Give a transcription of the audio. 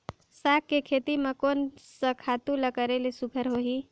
साग के खेती म कोन स खातु ल करेले सुघ्घर होही?